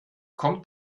kommt